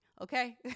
okay